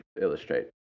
illustrate